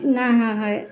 नहि होइ